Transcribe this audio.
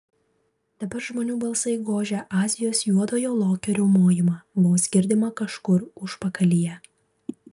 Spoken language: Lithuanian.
dabar žmonių balsai gožė azijos juodojo lokio riaumojimą vos girdimą kažkur užpakalyje